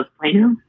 Plano